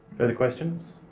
further questions?